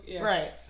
Right